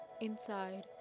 inside